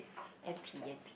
N_P N_P